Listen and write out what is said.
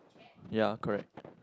ya correct